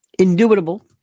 indubitable